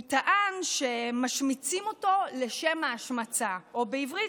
הוא טען שמשמיצים אותו לשם ההשמצה, או בעברית: